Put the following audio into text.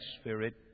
spirit